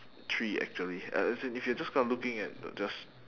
three actually uh as in if you're just gonna looking at just